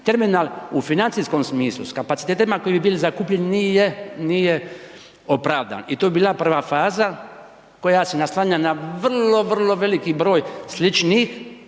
terminal u financijskom smislu s kapacitetima koji bi bili zakupljeni nije, nije opravdan i to bi bila prva faza koja se naslanja na vrlo, vrlo veliki broj sličnih